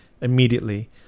immediately